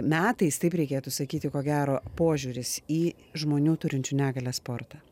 metais taip reikėtų sakyti ko gero požiūris į žmonių turinčių negalią sportą